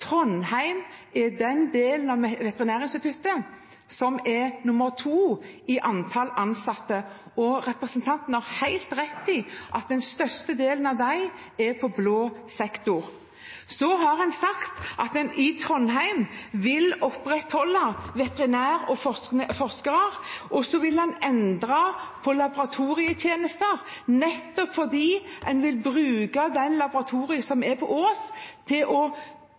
Trondheim er den delen av Veterinærinstituttet som er nr. 2 i antall ansatte. Representanten har helt rett i at den største delen av dem er på blå sektor. Man har sagt at i Trondheim vil man opprettholde veterinærer og forskere, men man vil endre på laboratorietjenester, nettopp fordi man vil bruke laboratoriet på Ås til å